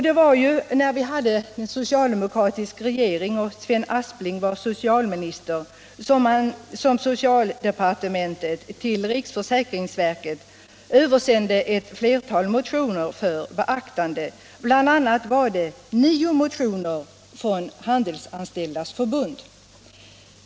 Det var ju när vi hade en socialdemokratisk regering och Sven Aspling var socialminister som socialdepartementet till riksförsäkringsverket översände ett flertal motioner om retroaktiv sjukpenning för beaktande, bl.a. nio motioner från Handelsanställdas förbund.